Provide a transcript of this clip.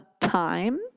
time